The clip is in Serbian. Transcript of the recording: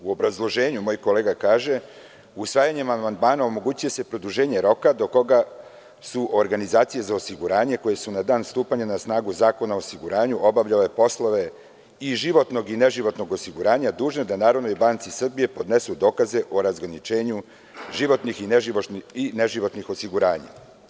U obrazloženju moj kolega kaže – usvajanjem amandmana omogući će se produženje roka do koga su organizacije za osiguranje koje su na dan stupanja na snagu Zakona o osiguranju obavljale poslove i životnog i neživotnog osiguranja dužne da NBS podnesu dokaze o razgraničenju životnih i neživotnih osiguranja.